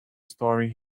story